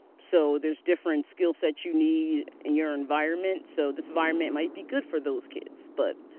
so there's different skill sets you need in your environment. so this environment might be good for those kids, but